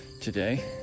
today